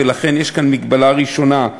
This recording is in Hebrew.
ולכן יש כאן מגבלה ראשונה,